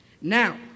Now